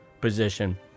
position